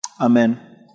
Amen